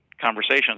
conversations